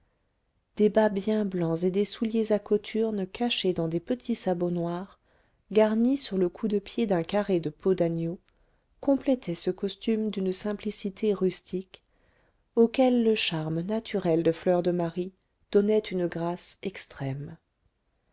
des bas bien blancs et des souliers à cothurnes cachés dans des petits sabots noirs garnis sur le cou-de-pied d'un carré de peau d'agneau complétaient ce costume d'une simplicité rustique auquel le charme naturel de fleur de marie donnait une grâce extrême